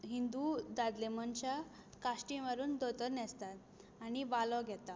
हिंदू दादले मनशां काश्टी मारून धोतर न्हेंसतात आनी वालो घेता